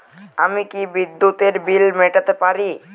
আমি কি বিদ্যুতের বিল মেটাতে পারি?